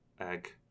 Egg